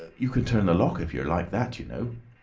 you can turn the lock if you're like that, you know.